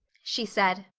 she said.